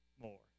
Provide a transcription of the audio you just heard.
more